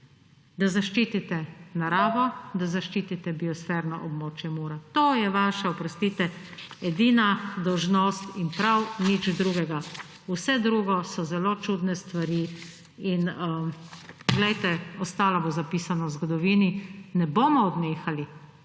Da zaščitite naravo, da zaščitite biosferno območje Mura. To je vaša, oprostite, edina dolžnost, in prav nič drugega. Vse drugo so zelo čudne stvari in, poglejte, ostalo bo zapisano v zgodovini. Ne bomo odnehali,